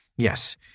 Yes